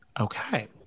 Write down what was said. Okay